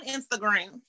Instagram